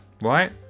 right